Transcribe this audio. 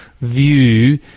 view